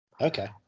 Okay